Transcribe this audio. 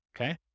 Okay